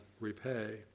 repay